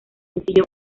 sencillo